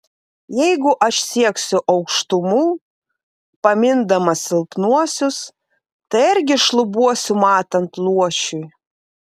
jeigu aš sieksiu aukštumų pamindamas silpnuosius tai argi šlubuosiu matant luošiui